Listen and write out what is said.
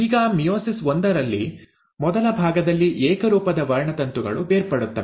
ಈಗ ಮಿಯೋಸಿಸ್ ಒಂದರಲ್ಲಿ ಮೊದಲ ಭಾಗದಲ್ಲಿ ಏಕರೂಪದ ವರ್ಣತಂತುಗಳು ಬೇರ್ಪಡುತ್ತವೆ